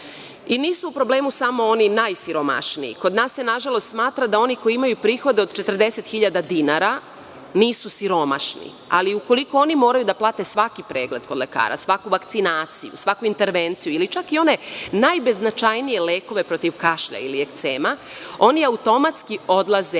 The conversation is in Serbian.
u problemu samo oni najsiromašniji. Kod nas se nažalost smatra da samo oni koji imaju prihode od 40 hiljada dinara nisu siromašni. Ali, ukoliko oni moraju da plate svaki pregled kod lekara, svaku vakcinaciju, svaku intervenciju ili čak i one najbeznačajnije lekove protiv kašlja ili ekcema, oni automatski odlaze